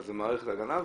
אבל זה מערכת הגנה,